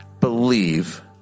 believe